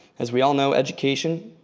as we all know, education,